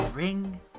Ring